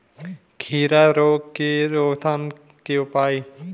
खीरा रोग के रोकथाम के उपाय?